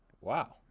Wow